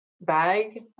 bag